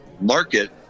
market